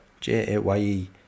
J-A-Y-E